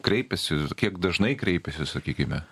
kreipiasi kiek dažnai kreipiasi sakykime